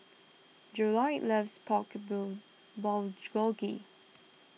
Jerold loves Pork bill Bulgogi